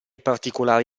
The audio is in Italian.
particolare